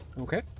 Okay